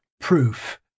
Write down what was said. proof